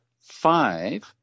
five